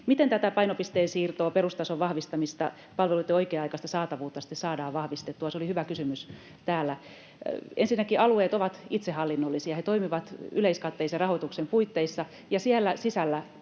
Miten tätä painopisteen siirtoa, perustason vahvistamista ja palveluitten oikea-aikaista saatavuutta, sitten saadaan vahvistettua? Se oli hyvä kysymys täällä. Ensinnäkin alueet ovat itsehallinnollisia. Ne toimivat yleiskatteisen rahoituksen puitteissa, ja siellä sisällä